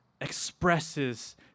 expresses